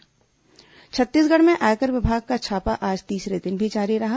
आयकर छापा छत्तीसगढ़ में आयकर विभाग का छापा आज तीसरे दिन भी जारी रहा